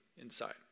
inside